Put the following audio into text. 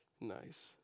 Nice